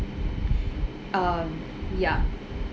um yup